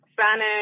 Spanish